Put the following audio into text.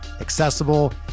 accessible